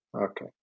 Okay